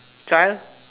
child